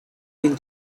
been